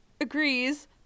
agrees